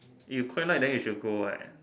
you quite like then you should go what